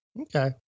Okay